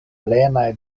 plenaj